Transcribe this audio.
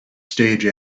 stage